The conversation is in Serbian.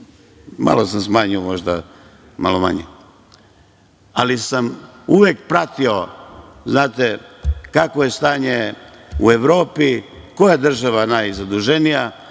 malo sam smanjio, možda malo manje. Ali, uvek sam pratio, znate kakvo je stanje u Evropi, koja država je najzaduženija,